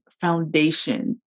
foundation